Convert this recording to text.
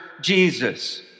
Jesus